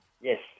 Yes